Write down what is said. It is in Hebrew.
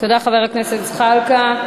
תודה, חבר הכנסת זחאלקה.